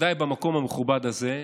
ובוודאי במקום המכובד הזה,